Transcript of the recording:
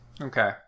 okay